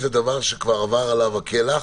שכבר אבד עליו הכלח,